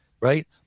right